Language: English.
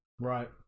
Right